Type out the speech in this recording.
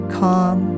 calm